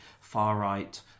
far-right